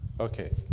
Okay